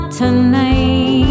tonight